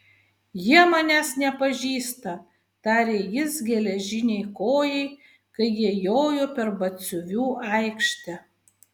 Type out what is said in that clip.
jie manęs nepažįsta tarė jis geležinei kojai kai jie jojo per batsiuvių aikštę